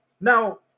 Now